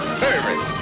service